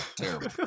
Terrible